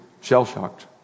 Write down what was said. shell-shocked